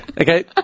Okay